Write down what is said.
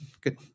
Good